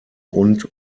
und